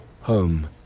home